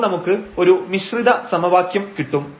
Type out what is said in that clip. അപ്പോൾ നമുക്ക് ഒരു മിശ്രിത സമവാക്യം കിട്ടും